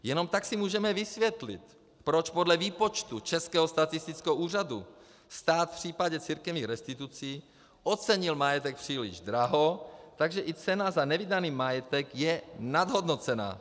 Jenom tak si můžeme vysvětlit, proč podle výpočtu Českého statistického úřadu stát v případě církevních restitucí ocenil majetek příliš draho, takže i cena za nevydaný majetek je nadhodnocena.